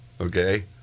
okay